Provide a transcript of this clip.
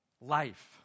Life